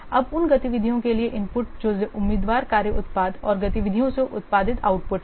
अब उन गतिविधियों के लिए इनपुट जो उम्मीदवार कार्य उत्पाद और गतिविधियों से उत्पादित आउटपुट है